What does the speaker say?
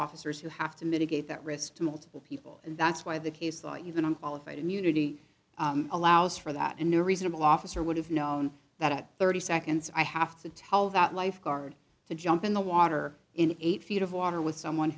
officers who have to mitigate that risk to multiple people and that's why the case law even on qualified immunity allows for that and no reasonable officer would have known that at thirty seconds i have to tell that lifeguard to jump in the water in eight feet of water with someone